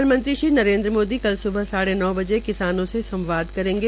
प्रधानमंत्री श्री नरेन्द्र मोदी कल स्बह साढ़ नौ बजे किसानों से संवाद करेंगे